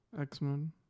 X-Men